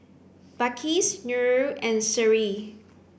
Balqis Nurul and Seri